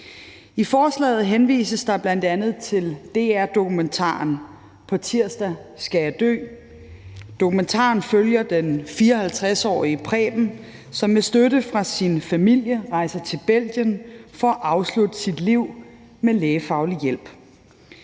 I forslaget henvises der bl.a. til DR-dokumentaren »På tirsdag skal jeg dø«. Dokumentaren følger den 54-årige Preben, som med støtte fra sin familie rejser til Belgien for at afslutte sit liv med lægefaglig hjælp.